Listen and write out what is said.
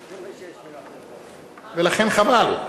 לכן, חבל.